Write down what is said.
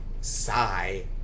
sigh